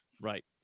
Right